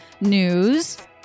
news